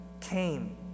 came